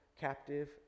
captive